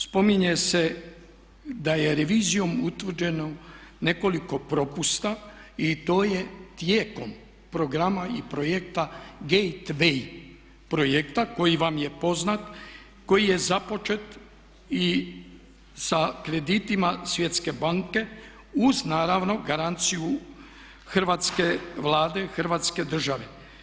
Spominje se da je revizijom utvrđeno nekoliko propusta i to je tijekom programa i projekta "Gate way" projekta koji vam je poznat, koji je započet i sa kreditima Svjetske banke uz naravno garanciju hrvatske Vlade, Hrvatske države.